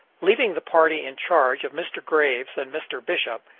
leaving the party in charge of mr. graves and mr. bishop,